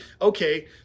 okay